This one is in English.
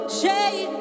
shade